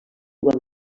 igual